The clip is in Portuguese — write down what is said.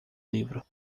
livro